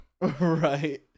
Right